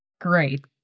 great